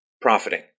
profiting